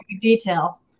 detail